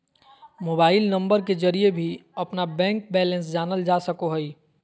mobile number के जरिए भी अपना बैंक बैलेंस जानल जा सको हइ